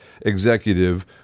executive